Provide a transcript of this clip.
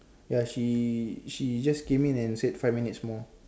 ya she she just came in and said five minutes more